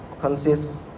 consists